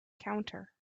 counter